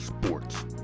sports